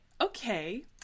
okay